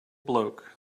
bloke